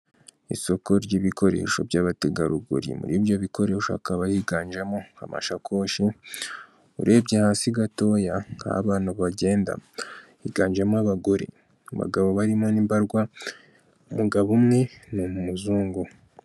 Isoko ry'ibikoresho by'abategarugori muri ibyo bikoresho akaba higanjemo amashakoshi urebye hasi gatoya nk'abana bagenda higanjemo abagore abagabo barimo ni mbarwa umugabo umwe ni umuzungu.